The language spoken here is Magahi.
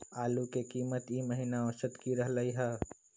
आलू के कीमत ई महिना औसत की रहलई ह?